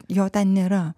jo ten nėra